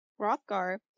Rothgar